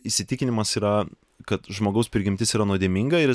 įsitikinimas yra kad žmogaus prigimtis yra nuodėminga ir